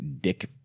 dick